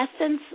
essence